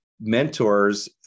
mentors